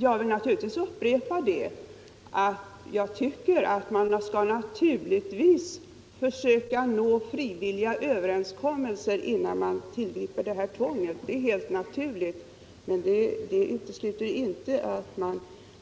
Jag vill upprepa att man naturligtvis skall försöka nå frivilliga överenskommelser innan man tillgriper tvång, men det utesluter inte